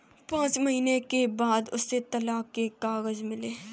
पांच महीने के बाद उसे तलाक के कागज मिले